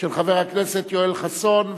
של חבר הכנסת יואל חסון,